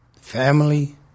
family